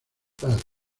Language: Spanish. padre